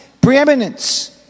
Preeminence